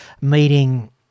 meeting